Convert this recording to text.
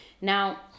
Now